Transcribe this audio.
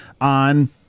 on